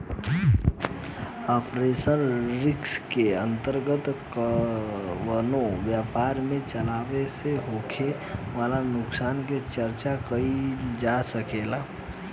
operational risk के अंतर्गत कवनो व्यपार के चलावे में होखे वाला नुकसान के चर्चा कईल जा सकेला